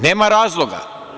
Nema razloga.